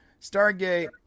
Stargate